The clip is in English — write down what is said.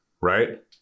right